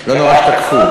לא נורא שתקפו.